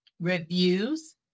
reviews